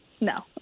no